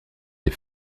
des